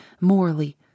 morally